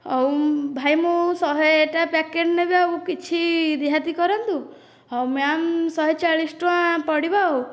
ହେଉ ଭାଇ ମୁଁ ଶହେଟା ପ୍ୟାକେଟ୍ ନେବି ଆଉ କିଛି ରିହାତି କରନ୍ତୁ ହେଉ ମ୍ୟାଡ଼ାମ ଶହେ ଚାଳିଶ ଟଙ୍କା ପଡ଼ିବ ଆଉ